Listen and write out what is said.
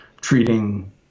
treating